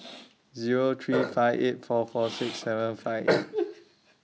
Zero three five eight four four six seven five eight